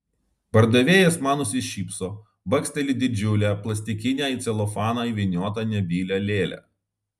pardavėjas man nusišypso baksteli didžiulę plastikinę į celofaną įvyniotą nebylią lėlę